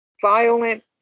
violent